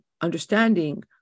understanding